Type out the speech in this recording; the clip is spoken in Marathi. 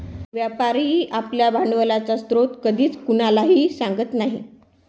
व्यापारी आपल्या भांडवलाचा स्रोत कधीच कोणालाही सांगत नाही